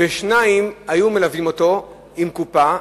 ושניים היו מלווים אותו עם קופה,